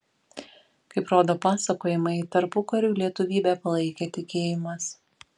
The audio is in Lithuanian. kaip rodo pasakojimai tarpukariu lietuvybę palaikė tikėjimas